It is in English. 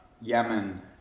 Yemen